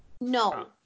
No